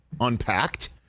unpacked